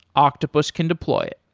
octopus can deploy it.